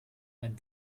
ein